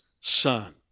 son